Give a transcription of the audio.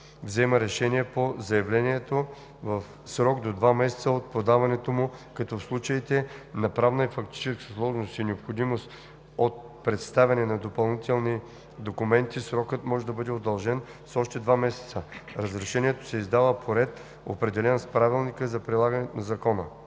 взема решение по заявлението в срок до два месеца от подаването му, като в случаите на правна и фактическа сложност и необходимост от представяне на допълнителни документи срокът може да бъде удължен с още два месеца. Разрешението се издава по ред, определен с правилника за прилагане на закона.”